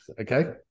Okay